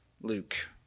Luke